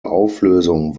auflösung